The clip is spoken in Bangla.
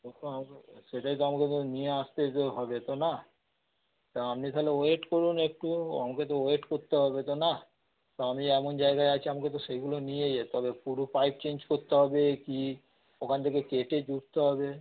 ও কে আমাকে সেটাই তো আমাকে তো নিয়ে আসতেই তো হবে তো নাহ তা আপনি তাহলে ওয়েট করুন একটু আমাকে তো ওয়েট করতে হবে তো নাহ তো আমি এমন জায়গায় আছি আমাকে তো সেইগুলো নিয়ে যেতে হবে পুরো পাইপ চেঞ্জ করতে হবে কি ওখান থেকে কেটে জুড়তে হবে